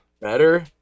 Better